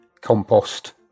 compost